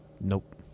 Nope